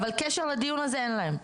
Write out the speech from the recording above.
אבל קשר לדיון הזה אין להם.